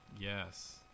Yes